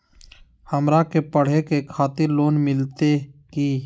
हमरा के पढ़े के खातिर लोन मिलते की?